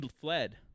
fled